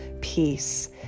peace